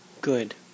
good